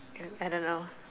I don't know